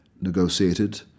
negotiated